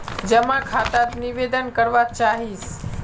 जमा खाता त निवेदन करवा चाहीस?